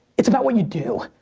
it's about what you do.